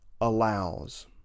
allows